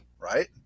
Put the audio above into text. Right